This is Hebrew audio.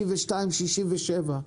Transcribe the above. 62 ו-67,